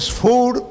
food